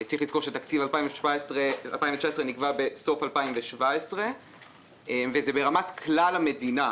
צריך לזכור שתקציב 2019 נקבע בסוף שנת 2017. זה ברמת כלל המדינה,